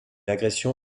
agression